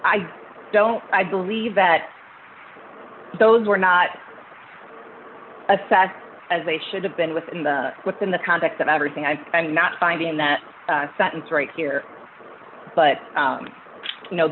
i don't i believe that those were not a fast as they should have been within the within the context of everything i'm not finding in that sentence right here but